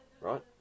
Right